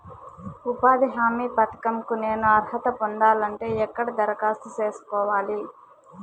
ఉపాధి హామీ పథకం కు నేను అర్హత పొందాలంటే ఎక్కడ దరఖాస్తు సేసుకోవాలి?